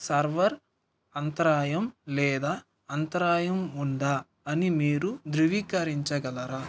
server అంతరాయం లేదా అంతరాయం ఉందా అని మీరు ధృవీకరించగలరా